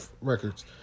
records